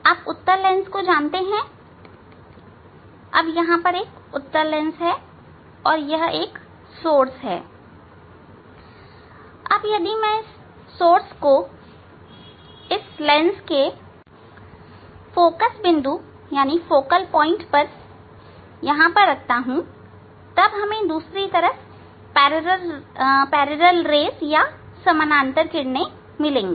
आप उत्तल लेंस को जानते हैं अब यहां एक उत्तल लेंस है और यह एक स्त्रोत है अब यदि मैं इस स्त्रोत को इस लेंस के फोकल बिंदु पर रखता हूं तब हमें दूसरी तरफ समानांतर किरणें मिलेंगी